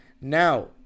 Now